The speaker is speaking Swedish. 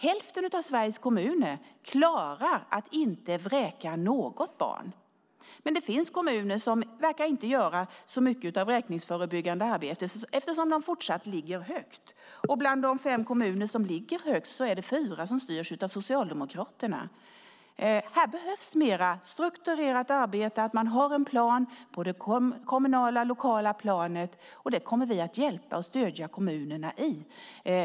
Hälften av Sveriges kommuner klarar att inte vräka något barn, men det finns kommuner som inte verkar göra så mycket vräkningsförebyggande arbete eftersom de fortsatt ligger högt. Bland de fem kommuner som ligger högt är det fyra som styrs av Socialdemokraterna. Här behövs mer strukturerat arbete, att man har en plan på det kommunala, lokala planet, och det kommer vi att hjälpa och stödja kommunerna i.